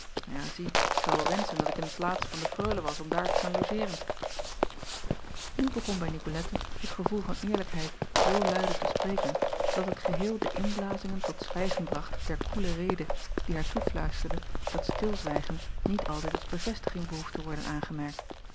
ja zie ik zou wel wenschen dat ik in de plaats van de reule was om daar te gaan logeeren u begon bij icolette het gevoel van eerlijkheid zoo luide te spreken dat het geheel de inblazingen tot zwijgen bracht der koele rede die haar toefluisterde dat stilzwijgen niet altijd als bevestiging behoeft te worden aangemerkt